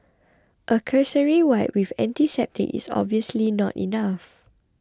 a cursory wipe with antiseptic is obviously not enough